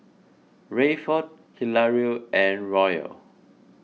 Rayford Hilario and Royal